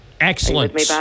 Excellent